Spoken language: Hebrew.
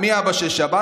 מי אבא של שבת?